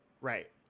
Right